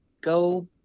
go